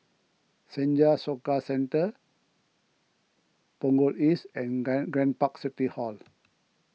Senja Soka Centre Punggol East and Grand Grand Park City Hall